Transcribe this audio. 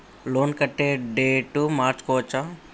Loan కట్టే date మార్చుకోవచ్చా?